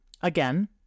Again